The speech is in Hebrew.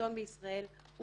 ובשלטון בישראל הוא